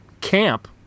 camp